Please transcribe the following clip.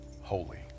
holy